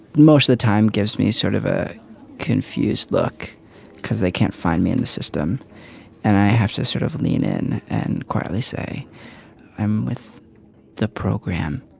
most of the time gives me sort of a confused look because they can't find me in the system and i have to sort of lean in and quietly say i'm with the program